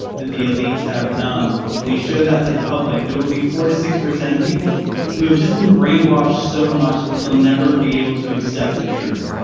that the elites have done, and you show that to the public, there will be four to six percent of people who have just been brainwashed so much that they'll never be able to accept the truth.